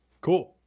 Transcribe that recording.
cool